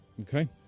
Okay